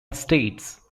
states